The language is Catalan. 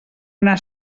una